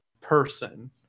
person